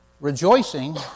rejoicing